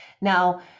Now